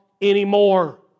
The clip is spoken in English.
anymore